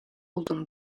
olduğunu